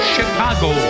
Chicago